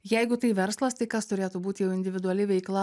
jeigu tai verslas tai kas turėtų būti jau individuali veikla